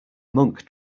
monk